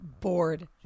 Bored